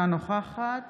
אינה נוכחת